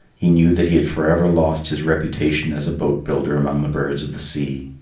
he knew that he had forever lost his reputation as a boat-builder among the birds of the sea.